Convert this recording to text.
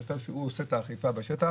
השוטר שעושה את האכיפה בשטח,